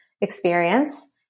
experience